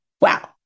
Wow